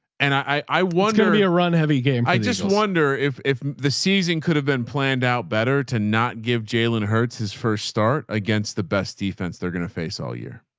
and i, i wonder be a run heavy game. i just wonder if, if the season could have been planned out better to not give jalen hurts his first start against the best defense they're going to face all year.